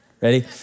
ready